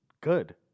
Good